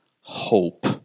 hope